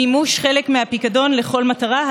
(מימוש חלק מהפיקדון לכל מטרה),